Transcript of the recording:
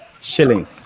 shilling